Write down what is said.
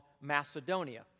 Macedonia